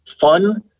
fun